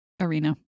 Arena